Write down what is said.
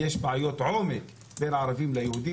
יש בעיות עוני בין הערבים ליהודים